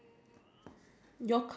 I want to be stable